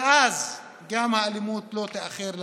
ואז גם האלימות לא תאחר להגיע,